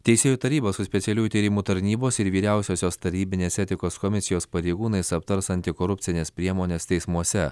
teisėjų taryba su specialiųjų tyrimų tarnybos ir vyriausiosios tarnybinės etikos komisijos pareigūnais aptars antikorupcines priemones teismuose